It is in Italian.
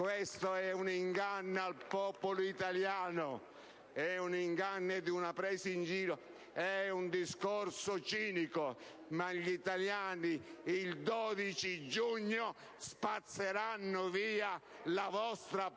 Questo è un inganno al popolo italiano ed una presa in giro. È un discorso cinico, ma gli italiani, il 12 giugno, spazzeranno via la vostra prepotenza